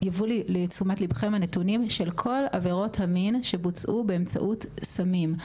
שיובאו לתשומת לבכם הנתונים של כל עבירות המין שבוצעו באמצעות סמים.